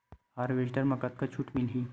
Harvester म कतका छूट मिलही?